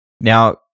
Now